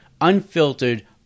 unfiltered